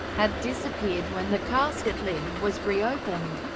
had disappeared when the casket lid was reopened.